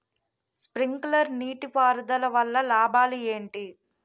Sprinkler నీటిపారుదల వల్ల లాభాలు ఏంటి?